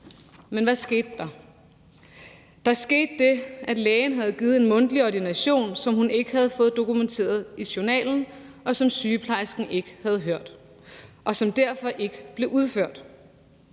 Men hvad skete der? Der skete det, at lægen gav en mundtlig ordination, som hun ikke fik dokumenteret i journalen, og som sygeplejersken ikke havde hørt, og som derfor ikke blev udført